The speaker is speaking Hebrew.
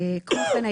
כמו כן,